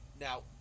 Now